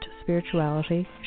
spirituality